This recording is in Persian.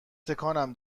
تکانم